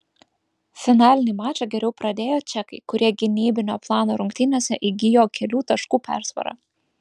finalinį mačą geriau pradėjo čekai kurie gynybinio plano rungtynėse įgijo kelių taškų persvarą